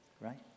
right